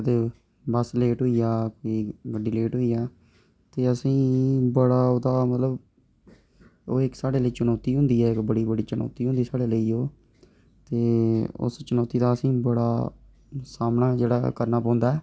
ते bus late होई जा ते भी गड्डी लेट होई जा ते असेंगी बड़ा ओह्दा मतलब ओह् साढ़े लेई इक्क चुनौती होंदी ऐ साढ़े लेई इक्क साढ़े लेई ओह् ते उस चुनौती दा असेंगी बड़ा सामना जेह्ड़ा तां करना पौंदा ऐ